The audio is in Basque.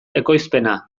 ekoizpena